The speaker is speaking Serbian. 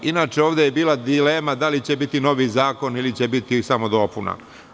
Inače, ovde je bila dilema, da li će biti novi zakon, ili će biti samo dopuna.